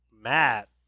Matt